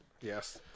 Yes